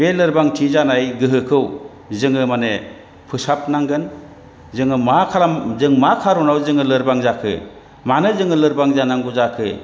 बे लोरबांथि जानाय गोहोखौ जोङो माने फोसाबनांगोन जोङो मा खालाम जों मा कारनाव जोङो लोरबां जाखो मानो जोङो लोरबां जानांगौ जाखो